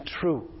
true